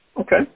Okay